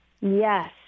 Yes